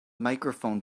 microphone